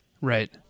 Right